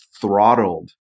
throttled